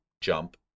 jump